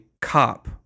cop